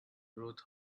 growth